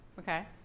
Okay